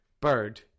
bird